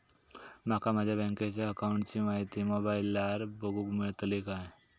माका माझ्या बँकेच्या अकाऊंटची माहिती मोबाईलार बगुक मेळतली काय?